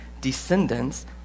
descendants